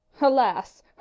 Alas